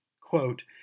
Quote